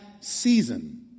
season